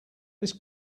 this